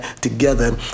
together